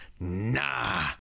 nah